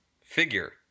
figure